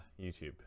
YouTube